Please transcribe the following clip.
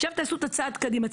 עכשיו תעשו את הצעד קדימה,